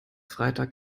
freitag